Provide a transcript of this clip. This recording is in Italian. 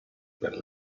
per